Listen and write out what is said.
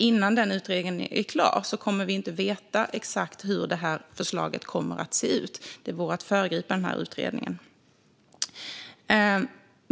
Innan denna utredning är klar kommer vi inte att veta exakt hur förslaget kommer att se ut. Det vore att föregripa utredningen.